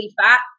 fat